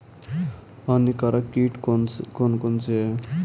हानिकारक कीट कौन कौन से हैं?